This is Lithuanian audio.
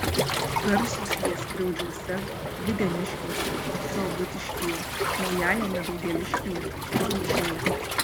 garsūs jie skriaudžiuose videniškiuose saldutiškyje naujajame daugėliškyje palūšėje